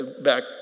back